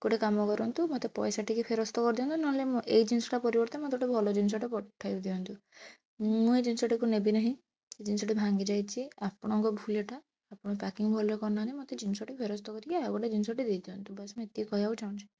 ଗୋଟେ କାମ କରନ୍ତୁ ମୋତେ ପଇସା ଟିକେ ଫେରସ୍ତ କରି ଦିଅନ୍ତୁ ନହେଲେ ନାହିଁ ମୋ ଏଇ ଜିନଷଟା ପରିବର୍ତ୍ତନ କରି ମୋତେ ଗୋଟେ ଭଲ ଜିନଷଟେ ପଠାଇ ଦିଅନ୍ତୁ ମୁଁ ଏଇ ଜିନିଷଟାକୁ ନେବି ନାହିଁ ଜିନିଷଟି ଭାଙ୍ଗିଯାଇଛି ଆପଣଙ୍କ ଭୁଲ ଇଏଟା ଆପଣ ପ୍ୟାକିଂ ଭଲରେ କରିନାହାଁନ୍ତି ମୋତେ ଜିନିଷଟି ଫେରସ୍ତ କରିକି ଆଉ ଗୋଟେ ଜିନଷଟେ ଦେଇ ଦିଅନ୍ତୁ ବାସ୍ ମୁଁ ଏତିକି କହିବାକୁ ଚାହୁଁଛି